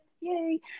Yay